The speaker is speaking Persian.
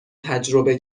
تجربه